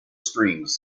strings